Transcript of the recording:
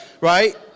right